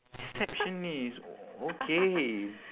receptionist okay